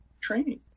training